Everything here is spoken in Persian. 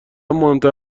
مهمتر